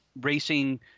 racing